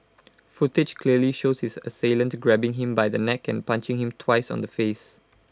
footage clearly shows his assailant grabbing him by the neck and punching him twice on the face